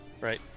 Right